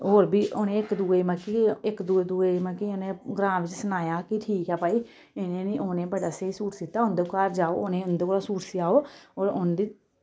और बी होने इक दूए मतलब कि इक दुए दुए मतलव कि इने ग्रां च सनाया कि ठीक ऐ भई इने निं उनें बड़ा स्हेई सूट सीह्ता उंदे घर जाओ उने उंदे कोला सूट सेआओ और उंदी